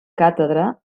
càtedra